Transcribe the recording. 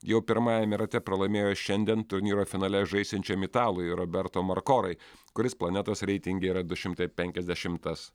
jau pirmajame rate pralaimėjo šiandien turnyro finale žaisiančiam italui roberto markorai kuris planetos reitinge yra du šimtai penkiasdešimtas